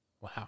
Wow